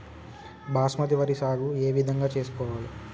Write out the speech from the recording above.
బాస్మతి వరి సాగు ఏ విధంగా చేసుకోవాలి?